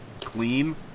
clean